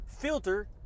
filter